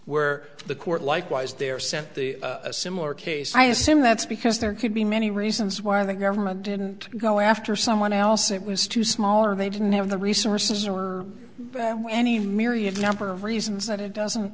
where the court likewise there sent a similar case i assume that's because there could be many reasons why the government didn't go after someone else it was too small or they didn't have the resources or any myriad number of reasons that it doesn't